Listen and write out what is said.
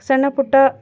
ಸಣ್ಣಪುಟ್ಟ